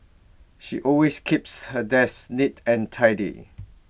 she always keeps her desk neat and tidy